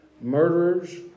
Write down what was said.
murderers